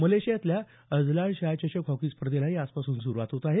मलेशियातल्या Azlan Shah चषक hockey स्पर्धेलाही आजपासून सुरुवात होत आहे